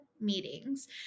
meetings